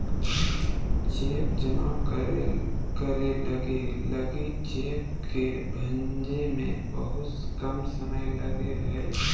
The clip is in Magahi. चेक जमा करे लगी लगी चेक के भंजे में बहुत कम समय लगो हइ